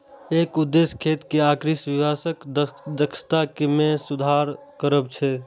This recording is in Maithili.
एकर उद्देश्य खेत आ कृषि व्यवसायक दक्षता मे सुधार करब छै